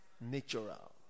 Natural